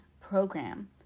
program